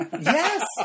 yes